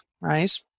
right